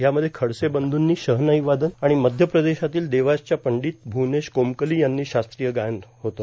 यामध्ये खडसे बंध्नी शहनाई वादन आणि मध्यप्रदेशातील देवासच्या पंडीत भूवनेश कोमकली यांनी शास्त्रीय गायन होतं